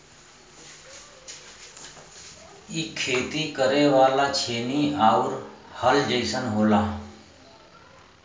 इ खेती करे वाला छेनी आउर हल जइसन होला